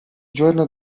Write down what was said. giorno